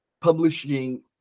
publishing